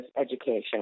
education